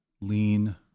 lean